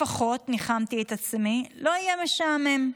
לפחות, ניחמתי את עצמי, לא יהיה משעמם.